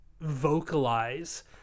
vocalize